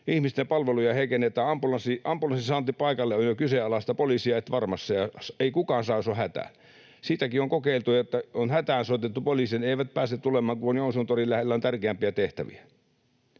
ihmisten palveluja heikennetään, ambulanssin saanti paikalle on jo kyseenalaista, poliisia et varmasti saa, ei kukaan saa, jos on hätä. Sitäkin on kokeiltu, että on hätään soitettu poliisia, eivätkä he pääse tulemaan, kun Joensuun torin lähellä on tärkeämpiä tehtäviä.